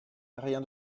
rien